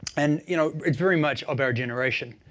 and you know it's very much of our generation.